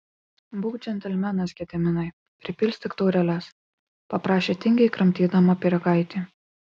būk džentelmenas gediminai pripilstyk taureles paprašė tingiai kramtydama pyragaitį